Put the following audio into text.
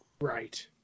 right